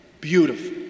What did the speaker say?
beautiful